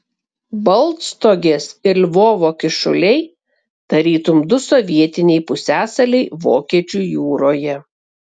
baltstogės ir lvovo kyšuliai tarytum du sovietiniai pusiasaliai vokiečių jūroje